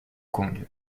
kong